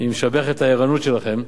אני משבח את הערנות שלכם.